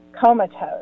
comatose